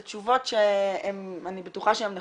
זה תשובות שאני בטוחה שהן נכונות,